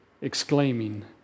exclaiming